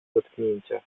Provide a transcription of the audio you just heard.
dotknięcia